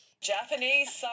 Japanese